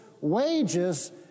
wages